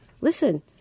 listen